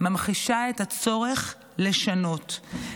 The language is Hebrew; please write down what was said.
"ממחישה את הצורך לשנות,